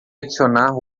adicionar